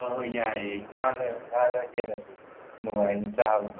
ꯍꯣꯏ ꯍꯣꯏ ꯌꯥꯏꯌꯦ ꯉꯥꯅ ꯉꯥꯅ ꯍꯦꯟꯅꯁꯨ ꯅꯨꯡꯉꯥꯏꯅꯤ ꯆꯥꯕꯗ